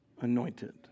anointed